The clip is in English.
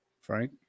Frank